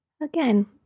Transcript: again